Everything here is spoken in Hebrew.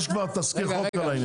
יש כבר תזכיר חוק על העניין.